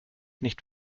nicht